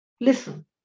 listen